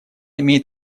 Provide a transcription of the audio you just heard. имеет